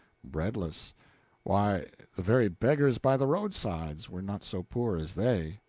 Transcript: breadless why, the very beggars by the roadsides were not so poor as they.